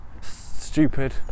stupid